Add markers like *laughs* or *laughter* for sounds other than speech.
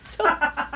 *laughs*